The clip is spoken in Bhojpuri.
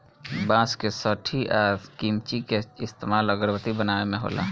बांस के सठी आ किमची के इस्तमाल अगरबत्ती बनावे मे होला